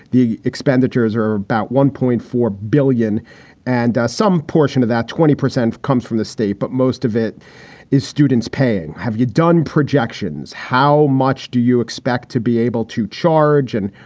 the expenditures or about one point four billion and some portion of that twenty percent comes from the state. but most of it is students paying. have you done projections? how much do you expect to be able to charge in?